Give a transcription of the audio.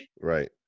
Right